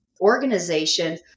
organization